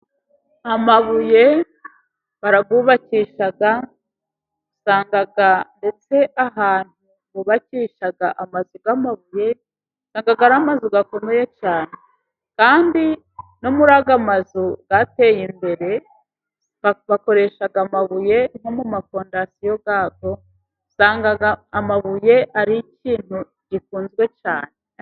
Amabuye barayubakisha, usanga ndetse ahantu bubakisha amazu y'amabuye aba ari amazu akomeye cyane, kandi no muri aya amazu yateye imbere bakoresha amabuye nko mu mafondasiyo yayo, usanga amabuye ari ikintu gikunzwe cyane.